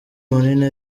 manini